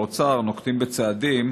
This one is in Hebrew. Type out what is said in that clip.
האוצר נוקט צעדים